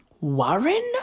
Warren